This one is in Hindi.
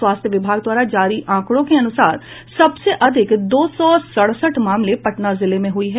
स्वास्थ्य विभाग द्वारा जारी आंकड़ों के अनुसार सबसे अधिक दो सौ सड़सठ मामले पटना जिले में हुई है